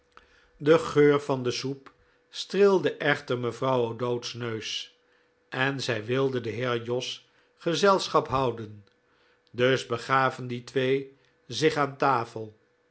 de geur van de soep streelde echter mevrouw o'dowd's neus en zij wilde den heer jos gezelschap houden dus begaven die twee zich aan tafel